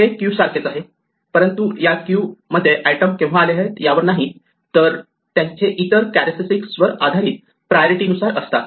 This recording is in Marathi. हे क्यू सारखेच आहे परंतु या क्यू मध्ये आईटम केव्हा आले आहेत यावर नाहीत तर त्यांचे इतर कॅरेक्टरस्टिक वर आधारित प्रायोरिटी नुसार असतात